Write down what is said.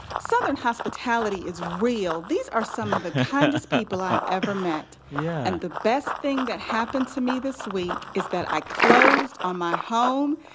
southern hospitality is real. these are some of the kindest people i've ever met yeah and the best thing that happened to me this week is that i closed on my home.